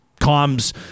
comms